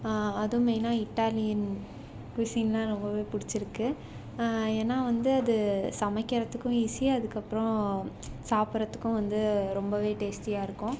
அதுவும் மெயினாக இட்டாலியன் குசின்னா ரொம்பவே பிடிச்சிருக்கு ஏன்னால் வந்து அது சமைக்கிறதுக்கும் ஈஸி அதுக்கப்புறம் சாப்பிட்றதுக்கும் வந்து ரொம்பவே டேஸ்ட்டியாக இருக்கும்